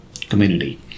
community